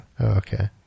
Okay